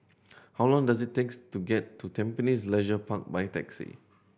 how long does it takes to get to Tampines Leisure Park by taxi